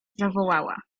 zawołała